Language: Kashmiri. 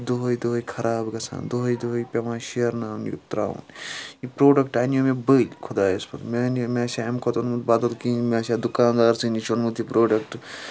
دۄہَے دۄہَے خراب گژھان دۄہَے دۄہَے پیٚوان شیرناونہِ تراوُن یہِ پروڈَکٹ اَنِیو مےٚ بٔلۍ خۄدایَس پَتھ مےٚ آسِہا امہِ کُھۄتہٕ اوٚنمُت بدَل کِینٛہہ مےٚ آسہِ ہا دُکانٛدارسےٕ نِش اوٚنمُت یہِ پروڈَکٹ